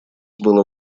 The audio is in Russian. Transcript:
было